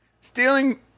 Stealing